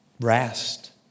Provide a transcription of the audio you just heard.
Rest